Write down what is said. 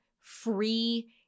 free